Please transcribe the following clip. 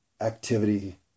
Activity